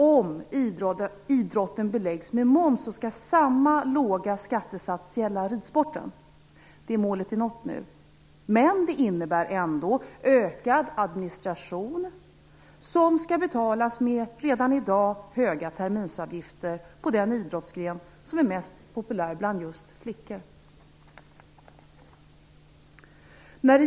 Om idrotten beläggs med moms skall samma låga skattesats därför gälla ridsporten. Det målet är nått nu, men det innebär ändå ökad administration som skall betalas med redan i dag höga terminsavgifter inom denna idrottsgren som är mest populär bland just flickor.